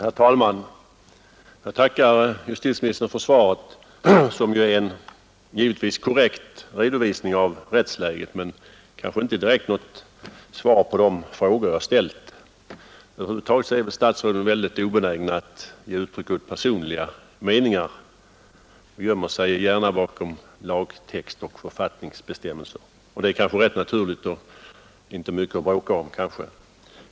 Herr talman! Jag tackar justitieministern för svaret, som ju är en korrekt redovisning av rättsläget men kanske inte direkt något svar på de frågor jag ställt. Över huvud taget är väl statsråden väldigt obenägna att ge uttryck åt personliga meningar — de gömmer sig gärna bakom lagtext och författningsbestämmelser — och det är kanske rätt naturligt och inte mycket att bråka om.